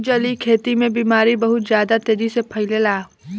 जलीय खेती में बीमारी बहुत ज्यादा तेजी से फइलेला